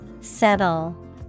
Settle